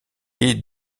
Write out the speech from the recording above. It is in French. est